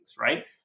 right